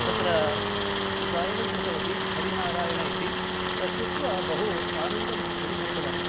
तत्र गायनं कृतवती हरिनारायण इति तत् श्रुत्वा बहु आनन्दम् अनुभूतवान्